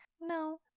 No